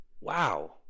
wow